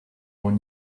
own